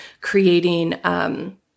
creating